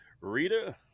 Rita